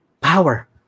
power